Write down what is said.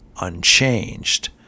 unchanged